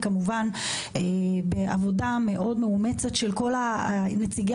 וכמובן בעבודה מאוד מאומצת של כל נציגי